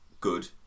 good